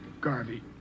Garvey